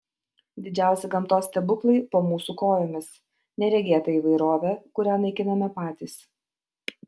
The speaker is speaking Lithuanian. didžiausi gamtos stebuklai po mūsų kojomis neregėta įvairovė kurią naikiname patys